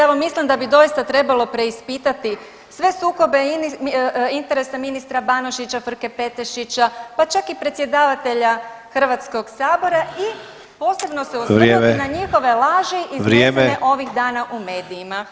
Evo mislim da bi doista trebalo preispitati sve sukobe interesa ministra Banožića, Frke-Petešića pa čak i predsjedavatelja Hrvatskog sabora i posebno se [[Upadica Sanader: Vrijeme.]] osvrnuti na njihove laži iznesene ovih dana u medijima.